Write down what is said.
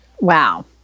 wow